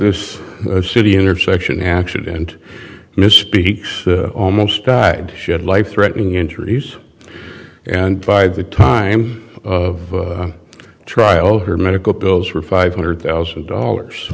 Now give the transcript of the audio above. this city intersection accident misspeaks almost died she had life threatening injuries and by the time of trial her medical bills were five hundred thousand dollars